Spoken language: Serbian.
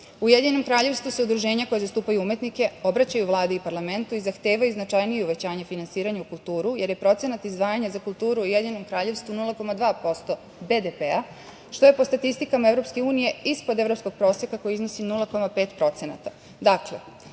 U Ujedinjenom Kraljevstvu se udruženja koja zastupaju umetnike obraćaju Vladi i parlamentu i zahtevaju značajnije uvećanje finansiranja u kulturu jer je procenat izdvajanja za kulturu u Ujedinjenom Kraljevstvu 0,2% BDP, što je po statistikama EU ispod evropskog proseka koji iznosi